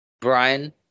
brian